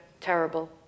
terrible